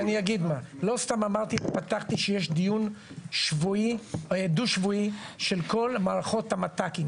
לא סתם פתחתי שיש דיון דו-שבועי של כל מערכות המתק"ים.